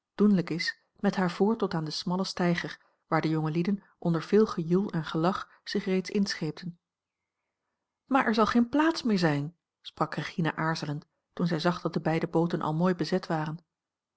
doenlijk is met haar voort tot aan den smallen steiger waar de jongelieden onder veel gejoel en gelach zich reeds inscheepten maar er zal geen plaats meer zijn sprak regina aarzelend toen zij zag dat de beide booten al mooi bezet waren